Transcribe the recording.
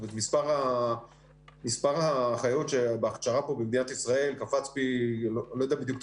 מספר האחיות בהכשרה פה במדינת ישראל קפץ פי לא יודע בדיוק את